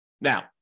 Now